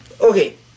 Okay